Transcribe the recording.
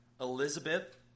Elizabeth